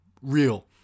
real